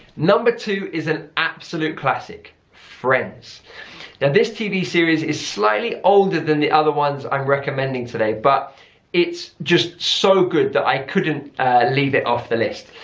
number two is an absolute classic, friends. now this tv series is slightly older than the other ones i'm recommending today but it's just so good that i couldn't leave it off the list.